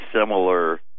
similar